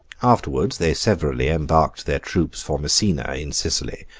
afterwards, they severally embarked their troops for messina, in sicily,